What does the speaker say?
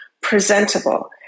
presentable